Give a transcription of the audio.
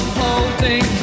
holding